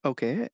Okay